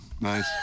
Nice